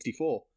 1964